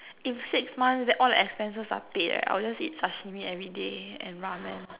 if six months then all the expenses are paid right I will just eat Sashimi everyday and Ramen